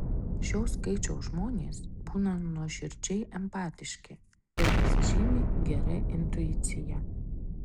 šio skaičiaus žmonės būna nuoširdžiai empatiški ir pasižymi gera intuicija